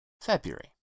February